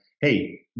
hey